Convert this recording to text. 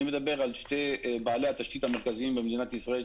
אני מדבר על שני בעלי התשתית המרכזיים במדינת ישראל,